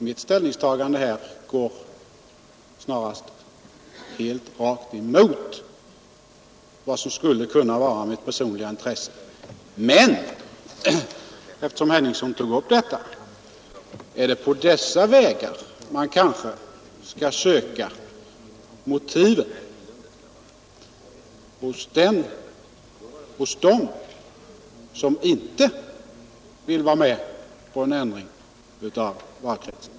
Mitt ställningstagande här går alltså snarast rakt emot vad som skulle kunna vara mitt personliga intresse. Men eftersom herr Henningsson tog upp detta vill jag fråga: Är det kanske på dessa vägar som man skall söka motiven hos dem som inte vill vara med om en ändring av valkretsen?